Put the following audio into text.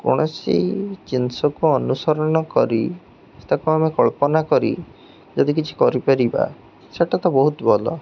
କୌଣସି ଜିନିଷକୁ ଅନୁସରଣ କରି ତାକୁ ଆମେ କଳ୍ପନା କରି ଯଦି କିଛି କରିପାରିବା ସେଇଟା ତ ବହୁତ ଭଲ